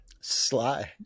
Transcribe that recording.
sly